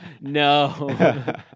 No